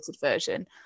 version